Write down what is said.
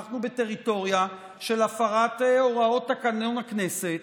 אנחנו בטריטוריה של הפרת הוראות תקנון הכנסת